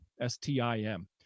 S-T-I-M